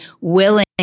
willing